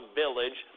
village